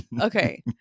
okay